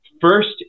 first